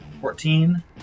Fourteen